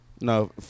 No